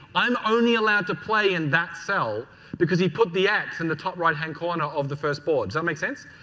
i'm only allowed to play in that cell because he put the x in the top right-hand corner of the first board. does that make sense.